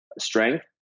strength